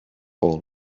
all